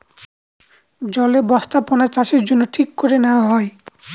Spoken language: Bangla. জলে বস্থাপনাচাষের জন্য ঠিক করে নেওয়া হয়